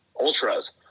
ultras